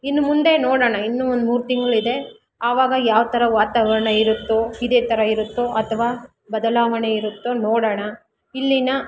ಇನ್ನು ಮುಂದೆ ನೋಡೋಣ ಇನ್ನೂ ಒಂದು ಮೂರು ತಿಂಗಳಿದೆ ಆವಾಗ ಯಾವ ಥರ ವಾತಾವರಣ ಇರುತ್ತೋ ಇದೇ ಥರ ಇರುತ್ತೋ ಅಥವಾ ಬದಲಾವಣೆ ಇರುತ್ತೋ ನೋಡೋಣ ಇಲ್ಲಿನ